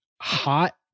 hot